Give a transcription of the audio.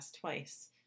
twice